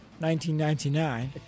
1999